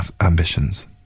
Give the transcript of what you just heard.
ambitions